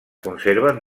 conserven